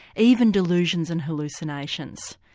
even delusions and hallucinations.